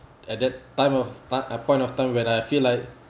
at that time of part at point of time when I feel like